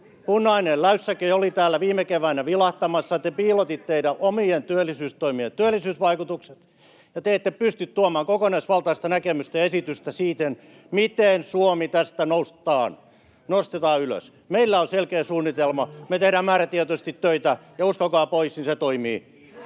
Punainen läystäke oli täällä viime keväänä vilahtamassa, te piilotitte teidän omien työllisyystoimienne työllisyysvaikutukset, ja te ette pysty tuomaan kokonaisvaltaista näkemystä ja esitystä siitä, miten Suomi tästä nostetaan ylös. Meillä on selkeä suunnitelma. Me tehdään määrätietoisesti töitä, ja uskokaa pois, niin se toimii.